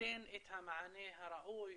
ייתן את המענה הראוי,